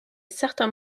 certains